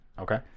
Okay